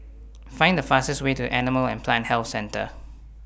Find The fastest Way to Animal and Plant Health Centre